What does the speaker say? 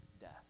death